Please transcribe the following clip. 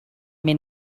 may